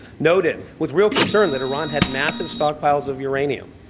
noted with real concern that iran had massive stockpiles of uranium,